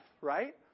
right